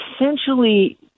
essentially